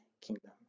kingdom